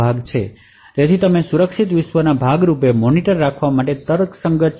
શું તમે વિચારી શકો કે કેમ મોનિટરને સુરક્ષિત વિશ્વના ભાગ રૂપે રાખવામાં આવે છે